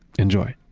enjoy